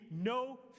no